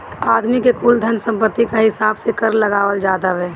आदमी के कुल धन सम्पत्ति कअ हिसाब से कर लगावल जात हवे